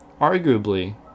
Arguably